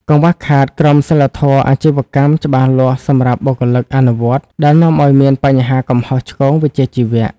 កង្វះខាត "ក្រមសីលធម៌អាជីវកម្ម" ច្បាស់លាស់សម្រាប់បុគ្គលិកអនុវត្ត ដែលនាំឱ្យមានបញ្ហាកំហុសឆ្គងវិជ្ជាជីវៈ។